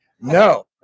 No